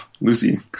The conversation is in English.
Lucy